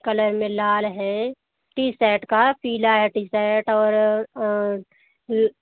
colour में लाल है टी शर्ट का पीला है टी शर्ट और ल